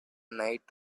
night